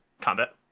combat